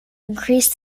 increase